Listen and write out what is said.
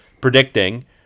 predicting